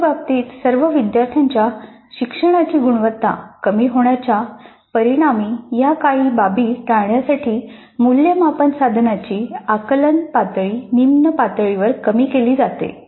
काही बाबतींत सर्व विद्यार्थ्यांच्या शिक्षणाची गुणवत्ता कमी होण्याच्या परिणामी या काही बाबी टाळण्यासाठी मूल्यमापन साधनाची आकलन पातळी निम्न पातळीवर कमी केली जाते